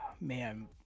man